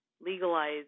legalize